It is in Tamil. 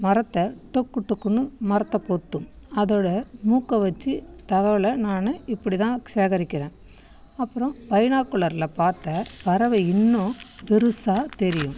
மரத்தை டொக்கு டொக்குனு மரத்தை கொத்தும் அதோடய மூக்கை வச்சு தகவலை நான் இப்படிதான் சேகரிக்கிறேன் அப்புறம் பைனாக்குலரில் பார்த்தா பறவை இன்னும் பெருசாக தெரியும்